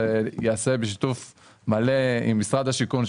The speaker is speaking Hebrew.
זה ייעשה בשיתוף מלא עם משרד השיכון,